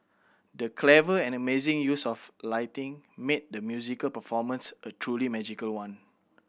the clever and amazing use of lighting made the musical performance a truly magical one